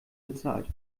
bezahlt